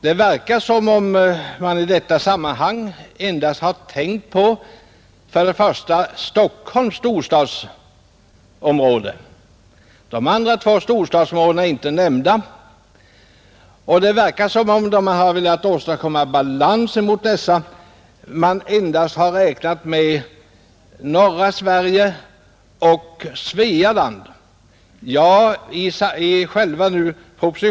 Det verkar som om man i det sammanhanget endast har tänkt på Stockholms storstadsområde — de andra två storstadsområdena är inte nämnda, Och när man velat åstadkomma balans har man endast räknat med norra Sverige och Svealand.